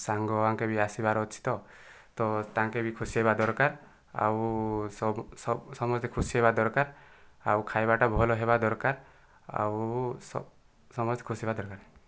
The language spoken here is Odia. ସାଙ୍ଗମାନଙ୍କେ ବି ଆସିବାର ଅଛି ତ ତ ତାଙ୍କେ ବି ଖୁସି ହେବା ଦରକାର ଆଉ ସବୁ ସମସ୍ତେ ଖୁସି ହେବା ଦରକାର ଆଉ ଖାଇବାଟା ଭଲ ହେବା ଦରକାର ଆଉ ସମସ୍ତେ ଖୁସି ହେବା ଦରକାର